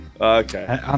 Okay